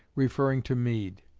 referring to meade